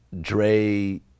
Dre